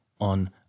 on